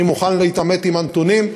אני מוכן להתעמת עם הנתונים,